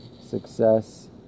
Success